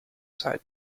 side